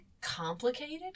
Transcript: complicated